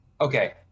Okay